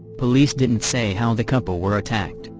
police didn't say how the couple were attacked,